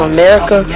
America